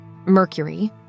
Mercury